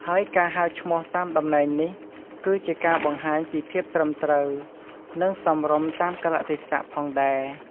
ហើយការហៅឈ្មោះតាមតំណែងនេះ គឺជាការបង្ហាញពីភាពត្រឹមត្រូវ និងសមរម្យតាមកាលៈទេសៈផងដែរ។